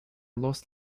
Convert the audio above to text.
los